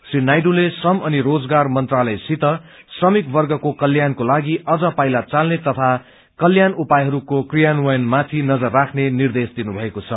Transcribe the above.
श्री नायडूले श्रम अनि रोजगार मंत्रालयसित श्रमिक वर्गको कल्याणको लागि अझ पाइला चाल्ने तथा कल्याण उपायहस्को क्रियान्वयन माथि नजर राख्ने निर्देश दिनुभएको छ